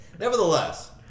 Nevertheless